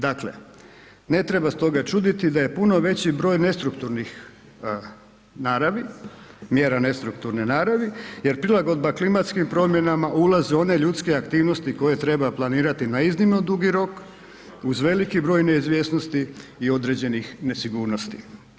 Dakle, ne treba stoga čuditi da je puno veći broj nestrukturnih naravi, mjera nestrukturne naravi, jer prilagodba klimatskim promjenama ulazi u one ljudske aktivnosti koje treba planirati na iznimno dugi rok uz veliki broj neizvjesnosti i određenih nesigurnosti.